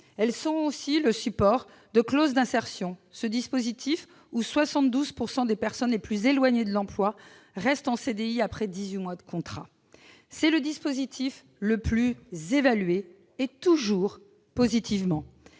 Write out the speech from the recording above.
Elles sont aussi le support de clauses d'insertion, ce dispositif selon lequel 72 % des personnes les plus éloignées de l'emploi restent en CDI après dix-huit mois de contrat. C'est le dispositif le plus évalué, et toujours positivement